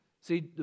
See